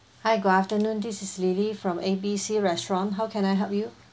hi good afternoon this is lily from A B C restaurant how can I help you